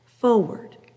forward